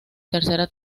tercera